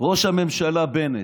ראש הממשלה בנט?